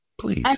please